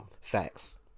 Facts